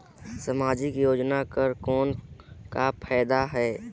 समाजिक योजना कर कौन का फायदा है?